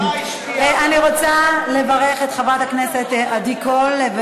אני רוצה לברך את חברת הכנסת עדי קול.